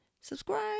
subscribe